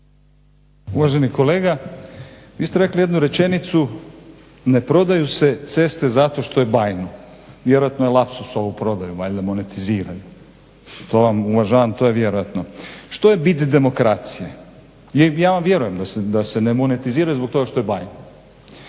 Uvaženi kolega, vi ste rekli jednu rečenicu ne prodaju se ceste zato što je bajno, vjerojatno je lapsus ovo prodaju, valjda monetiziraju. To vam uvažavam, to je vjerojatno. Što je bit demokracije? Ja vam vjerujem da se ne monetiziraju zbog toga što je bajno.